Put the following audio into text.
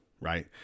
right